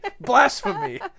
blasphemy